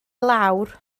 lawr